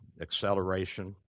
acceleration